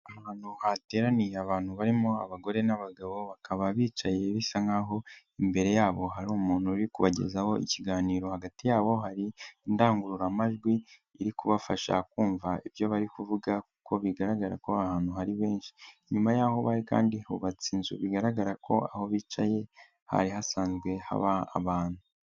Ahantu hateraniye abantu barimo abagore n'abagabo, bakaba bicaye bisa nk'aho imbere yabo hari umuntu uri kubagezaho ikiganiro, hagati yabo hari indangururamajwi iri kubafasha kumva ibyo bari kuvuga kuko bigaragara ko ahantu hari benshi, inyuma y'aho bari kandi hubatse inzu, bigaragara ko aho bicaye hari hasanzwe haba abantu.